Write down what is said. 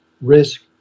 risk